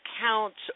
accounts